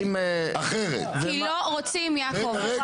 כי לא רוצים, יעקב.